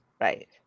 Right